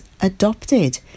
adopted